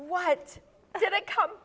what did it come